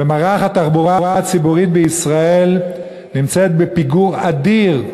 ומערך התחבורה הציבורית בישראל נמצא בפיגור אדיר,